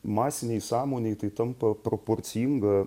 masinėj sąmonėj tai tampa proporcinga